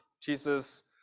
Jesus